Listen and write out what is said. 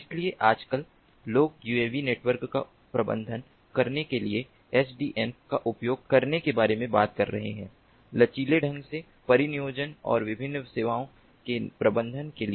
इसलिए आजकल लोग यूएवी नेटवर्क का प्रबंधन करने के लिए एसडीएन का उपयोग करने के बारे में बात कर रहे हैं लचीले ढंग से परिनियोजन और विभिन्न सेवाओं के प्रबंधन के लिए